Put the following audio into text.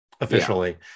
officially